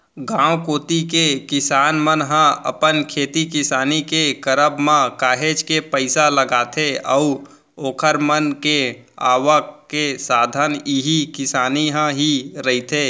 गांव कोती के किसान मन ह अपन खेती किसानी के करब म काहेच के पइसा लगाथे अऊ ओखर मन के आवक के साधन इही किसानी ह ही रहिथे